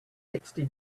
sixty